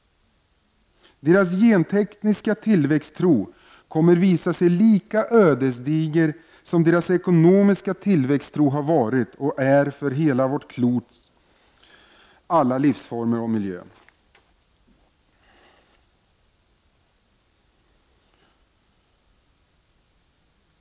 Deras gentekniska tillväxttro kommer att visa sig vara lika ödesdiger som deras ekonomiska tillväxttro har varit och är för vårt klots alla livsformer och miljöer.